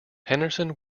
henderson